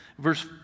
Verse